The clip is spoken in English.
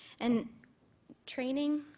and training